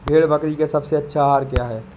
भेड़ बकरी का अच्छा आहार क्या है?